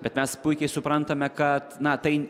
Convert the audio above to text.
bet mes puikiai suprantame kad na tai